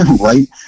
right